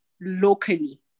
locally